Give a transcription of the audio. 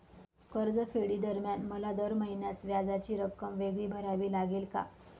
कर्जफेडीदरम्यान मला दर महिन्यास व्याजाची रक्कम वेगळी भरावी लागेल का?